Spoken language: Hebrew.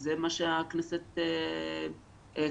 זה מה שהכנסת קבעה.